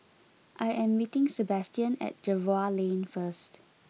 I am meeting Sebastian at Jervois Lane first